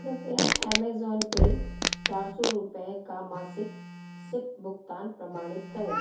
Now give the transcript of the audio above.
कृपया अमेज़ोन पे चार सौ रुपये का मासिक सिप भुगतान प्रमाणित करें